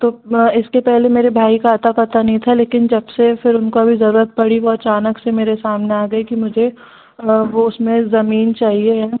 तो इसके पहले मेरे भाई का अता पता नहीं था लेकिन जब से फिर उनको अभी ज़रूरत पड़ी वो अचानक से मेरे सामने आ गए कि मुझे वो उसमें ज़मीन चाहिए है